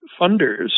funders